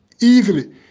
easily